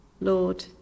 Lord